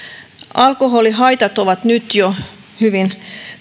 alkoholihaitat ovat nyt jo hyvin